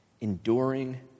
Enduring